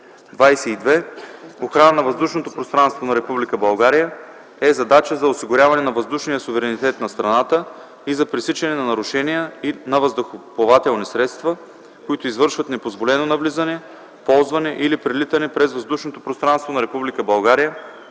22. „Охрана на въздушното пространство на Република България” е задача за осигуряване на въздушния суверенитет на страната и за пресичане на нарушения на въздухоплавателни средства, които извършват непозволено навлизане, ползване или прелитане през въздушното пространство на